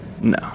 No